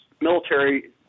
military